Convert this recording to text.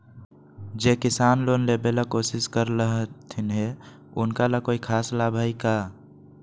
जे किसान लोन लेबे ला कोसिस कर रहलथिन हे उनका ला कोई खास लाभ हइ का?